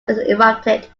erupted